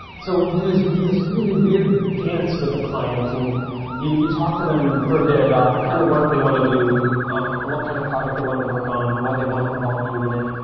so what you do is, you do this really weird dance with the client and you talk to them for a bit about what kind of work they want to do and what kind of project they want to work on, why they want to involve you in it,